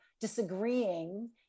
disagreeing